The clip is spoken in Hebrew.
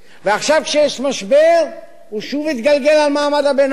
ועכשיו, כשיש משבר, הוא שוב יתגלגל למעמד הביניים